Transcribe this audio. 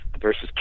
versus